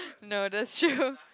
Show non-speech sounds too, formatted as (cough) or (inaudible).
no (laughs) that's true